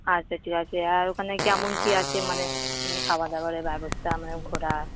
আচ্ছা ঠিক আছে আর ওখানে কেমন কী আছে মানে এমনি খাওয়া দাওয়ার ব্যবস্থা মানে ঘোরা